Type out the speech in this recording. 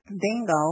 bingo